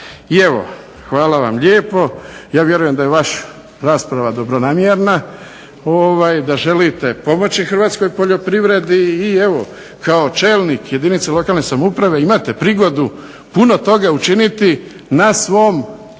I evo, hvala vam lijepo. Ja vjerujem da je vaša rasprava dobronamjerna, da želite pomoći hrvatskoj poljoprivredi i kao čelnik jedinice lokalne samouprave imate prigodu puno toga učiniti na svom